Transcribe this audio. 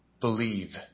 believe